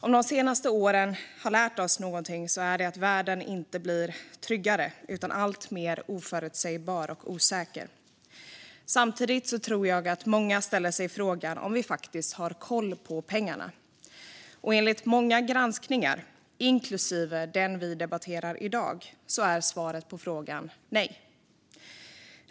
Om de senaste åren har lärt oss någonting är det att världen inte blir tryggare utan alltmer oförutsägbar och osäker. Samtidigt tror jag att många ställer sig frågan om vi faktiskt har koll på pengarna. Enligt många granskningar, inklusive den vi debatterar i dag, är svaret på frågan nej.